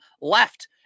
left